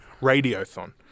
Radiothon